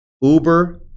Uber